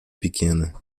pequena